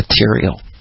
material